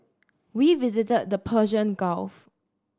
we visited the Persian Gulf